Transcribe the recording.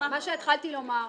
התחלתי לומר,